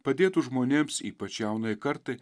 padėtų žmonėms ypač jaunajai kartai